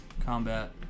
combat